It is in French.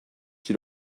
qui